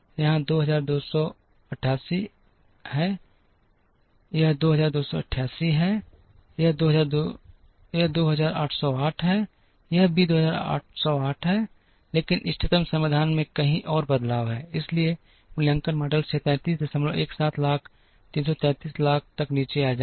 यह 2288 है यह 2288 है यह 2808 है यह भी 2808 है लेकिन इष्टतम समाधान में कहीं और बदलाव है इसलिए मूल्यांकन मॉडल से 3317 लाख 333 लाख तक नीचे आ गया